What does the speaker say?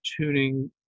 tuning